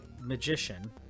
magician